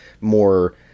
more